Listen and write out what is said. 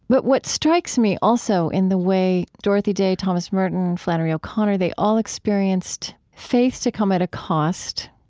but what strikes me also in the way dorothy day, thomas merton, flannery o'connor, they all experienced faith to come at a cost,